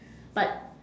but